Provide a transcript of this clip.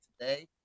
today